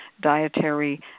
dietary